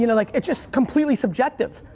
you know like it's just completely subjective.